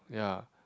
ya